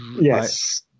yes